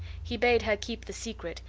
he bade her keep the secret,